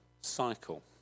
cycle